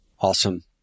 Awesome